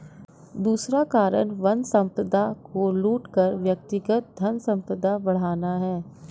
दूसरा कारण वन संपदा को लूट कर व्यक्तिगत धनसंपदा बढ़ाना है